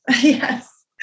yes